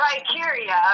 criteria